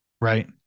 right